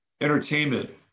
entertainment